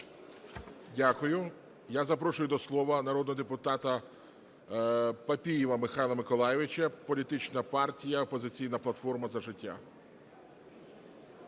Дякую. Я запрошую до слова народного депутата Папієва Михайла Миколайовича, політична партія "Опозиційна платформа – За життя".